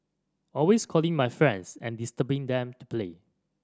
always calling my friends and disturbing them to play